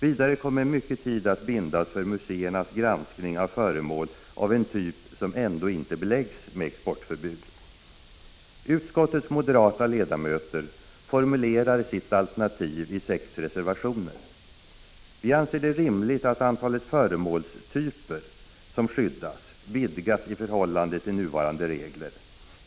Vidare kommer mycket tid att bindas för museernas granskning av föremål av den typ som ändå inte beläggs med exportförbud. Utskottets moderata ledamöter formulerar sitt alternativ i sex reservationer. Vi aner det rimligt att antalet föremålstyper som skyddas vidgas i förhållande till nuvarande regler.